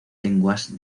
lenguas